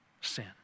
sin